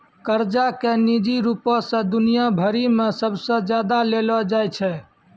कर्जा के निजी रूपो से दुनिया भरि मे सबसे ज्यादा लेलो जाय छै